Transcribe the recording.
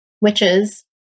witches